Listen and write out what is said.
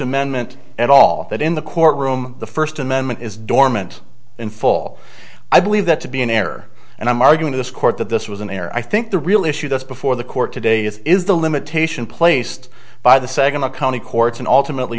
amendment at all that in the courtroom the first amendment is dormant in full i believe that to be an error and i'm arguing to this court that this was an error i think the real issue that's before the court today is is the limitation placed by the second a county courts and ultimately